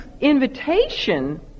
invitation